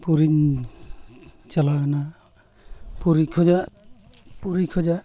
ᱯᱩᱨᱤᱧ ᱪᱟᱞᱟᱣᱮᱱᱟ ᱯᱩᱨᱤ ᱠᱷᱚᱭᱟᱜ ᱯᱩᱨᱤ ᱠᱷᱚᱭᱟᱜ